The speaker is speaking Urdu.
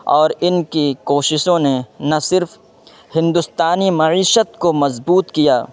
اور ان کی کوششوں نے نہ صرف ہندوستانی معیشت کو مضبوط کیا